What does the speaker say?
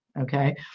Okay